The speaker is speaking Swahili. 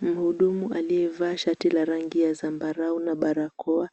Mhudumu aliyevaa shati la rangi ya zambarau na barakoa,